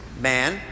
man